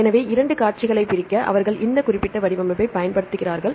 எனவே இரண்டு காட்சிகளைப் பிரிக்க அவர்கள் இந்த குறிப்பிட்ட வடிவமைப்பைப் பயன்படுத்துகிறார்கள்